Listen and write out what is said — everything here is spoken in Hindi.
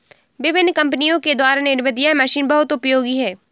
विभिन्न कम्पनियों के द्वारा निर्मित यह मशीन बहुत उपयोगी है